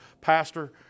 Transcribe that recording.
Pastor